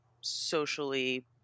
socially